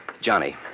Johnny